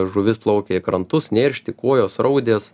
žuvis plaukia į krantus neršti kuojos raudės